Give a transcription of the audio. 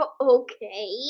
Okay